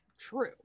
true